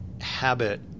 habit